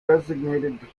designated